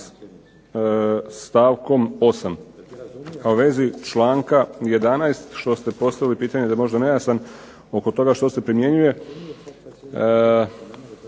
stavkom 8. A u vezi članka 11. što ste postavili pitanje da je možda nejasan oko toga što se primjenjuje,